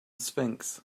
sphinx